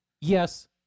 Yes